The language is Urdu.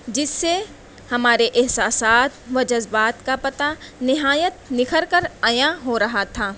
جس سے ہمارے احساسات و جذبات کا پتا نہایت نکھر کر عیاں ہو رہا تھا